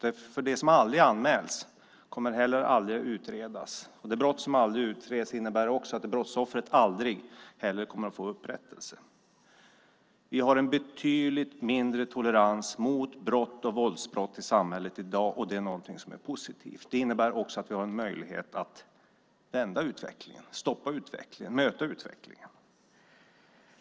Det brott som aldrig anmäls kommer heller aldrig att utredas, och ett brott som aldrig utreds innebär också att brottsoffret aldrig kommer att få upprättelse. Vi har en betydligt lägre tolerans mot brott och våldsbrott i samhället i dag, och det är någonting som är positivt. Det innebär att vi har en möjlighet att vända utvecklingen, stoppa utvecklingen och möta utvecklingen.